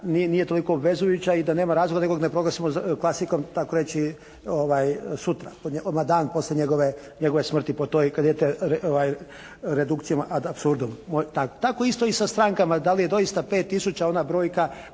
nije toliko vezujuća i da nema razloga da nekog proglasimo klasikom takoreći sutra, odmah dan poslije njegove smrti po toj kad idete redukcijom ad apsurdom. Tako isto i sa strankama. Da li je doista 5 tisuća ona brojka